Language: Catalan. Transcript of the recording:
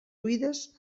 buides